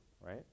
right